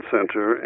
Center